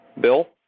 Bill